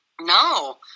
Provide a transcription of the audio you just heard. No